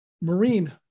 marine